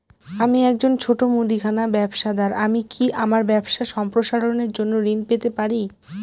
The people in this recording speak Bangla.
আমি একজন ছোট মুদিখানা ব্যবসাদার আমি কি আমার ব্যবসা সম্প্রসারণের জন্য ঋণ পেতে পারি?